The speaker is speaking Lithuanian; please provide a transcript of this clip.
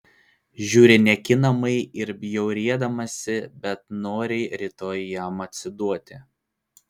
žiūri niekinamai ir bjaurėdamasi bet nori rytoj jam atsiduoti